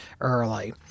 early